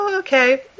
Okay